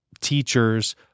teachers